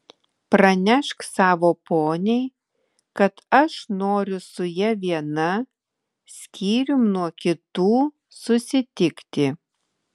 pranešk savo poniai kad aš noriu su ja viena skyrium nuo kitų susitikti